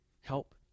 help